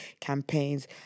campaigns